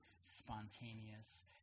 spontaneous